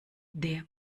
der